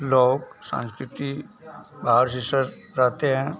लोक संस्कृति बाहर से सब आते हैं